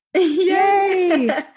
yay